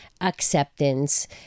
acceptance